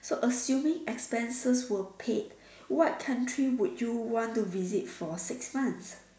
so assuming expenses were paid what country would you want to visit for six months